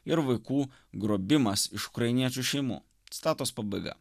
ir vaikų grobimas iš ukrainiečių šeimų citatos pabaiga